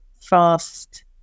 fast